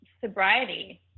sobriety